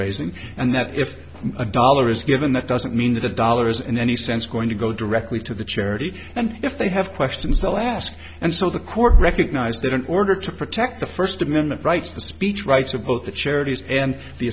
raising and that if a dollar is given that doesn't mean the dollars in any sense going to go directly to the charity and if they have questions they'll ask and so the court recognized that in order to protect the first amendment rights the speech rights of both the charities and the